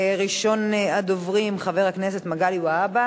אין נמנעים.